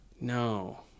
No